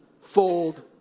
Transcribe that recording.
fold